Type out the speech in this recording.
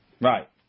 Right